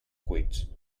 cuits